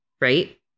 right